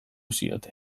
zioten